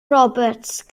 roberts